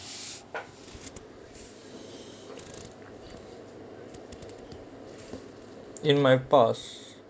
in my past